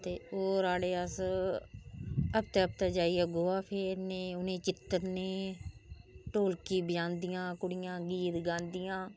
ते ओह् राहडे़ अस हप्ते हप्ते जाइयै गोहा फेरने उनेंगी चित्तरने ढोलकी बजांदी कुडियां गीत गांदियां